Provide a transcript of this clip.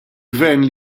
gvern